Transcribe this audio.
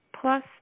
plus